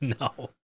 No